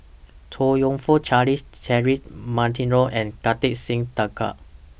Chong YOU Fook Charles Cedric Monteiro and Kartar Singh Thakral